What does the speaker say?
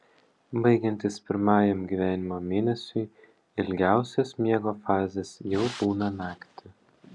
baigiantis pirmajam gyvenimo mėnesiui ilgiausios miego fazės jau būna naktį